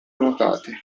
nuotate